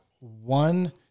one